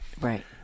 Right